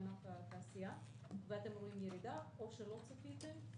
ענף התעשייה ואתם רואים ירידה, או שלא צפיתם?